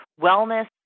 wellness